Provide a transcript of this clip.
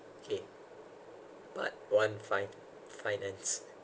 okay part one fi~ finance